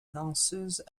danseuse